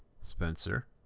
Spencer